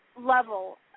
level